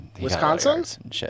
Wisconsin